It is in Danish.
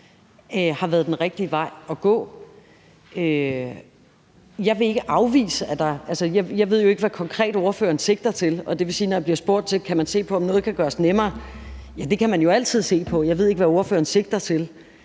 har været den rigtige vej at gå. Jeg ved jo ikke, hvad ordføreren konkret sigter til, og det vil sige, at når jeg bliver spurgt til, om man kan se på, om noget kan gøres nemmere, kan man jo altid se på det. Jeg ved ikke, hvad ordføreren sigter til,